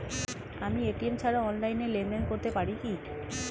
আমি এ.টি.এম ছাড়া অনলাইনে লেনদেন করতে পারি কি?